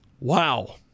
Wow